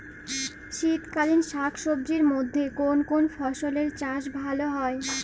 শীতকালীন শাকসবজির মধ্যে কোন কোন ফসলের চাষ ভালো হয়?